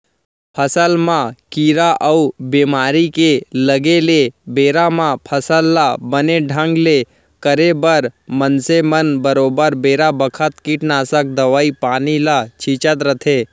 फसल म कीरा अउ बेमारी के लगे ले बेरा म फसल ल बने ढंग ले करे बर मनसे मन बरोबर बेरा बखत कीटनासक दवई पानी ल छींचत रथें